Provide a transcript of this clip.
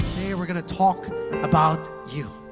we're going to talk about you.